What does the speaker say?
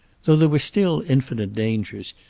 though there were still infinite dangers,